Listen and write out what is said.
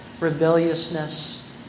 rebelliousness